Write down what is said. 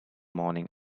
morning